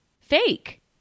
Fake